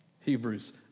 Hebrews